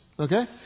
okay